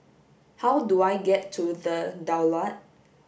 how do I get to The Daulat